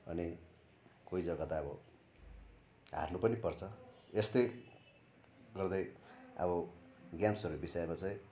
अनि कोही जग्गा त अब हार्नु पनि पर्छ यस्तै गर्दै अब गेम्सहरू विषयमा चाहिँ